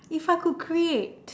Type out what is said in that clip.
if I could create